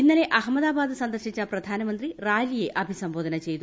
ഇന്നലെ അഹമ്മദാബാദ് സന്ദർശിച്ച പ്രധാനമന്ത്രി റാലിയെ അഭിസംബോധന ചെയ്തു